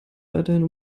weiterhin